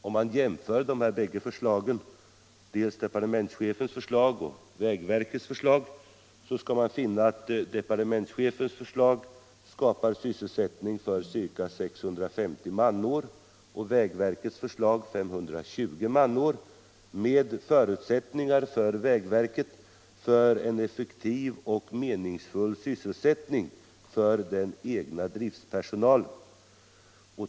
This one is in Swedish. Om man jämför departementschefens och vägverkets förslag skall man finna, att departementschefens förslag skapar sysselsättning för ca 650 manår och vägverkets förslag 520 manår, med möjligheter för vägverket att bereda den egna driftpersonalen en effektiv och meningsfull sysselsättning.